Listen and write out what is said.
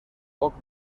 poc